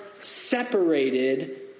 separated